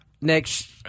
next